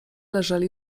leżeli